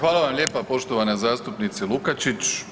vam lijepa poštovana zastupnice Lukačić.